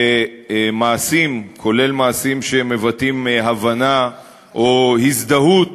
שמעשים, כולל מעשים שמבטאים הבנה או הזדהות